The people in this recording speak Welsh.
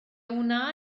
wna